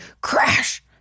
crash